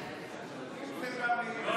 אני אסביר לך,